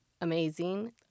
amazing